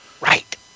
Right